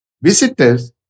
Visitors